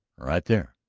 right there.